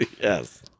Yes